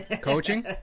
coaching